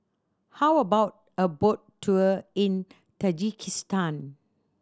how about a boat tour in Tajikistan